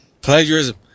Plagiarism